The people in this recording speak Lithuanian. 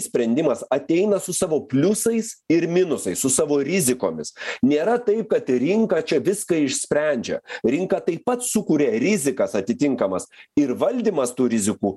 sprendimas ateina su savo pliusais ir minusais su savo rizikomis nėra taip kad rinka čia viską išsprendžia rinka taip pat sukuria rizikas atitinkamas ir valdymas tų rizikų